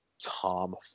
Tom